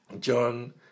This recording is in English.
John